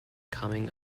coming